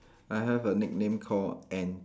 I have a nickname called ant